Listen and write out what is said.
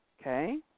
Okay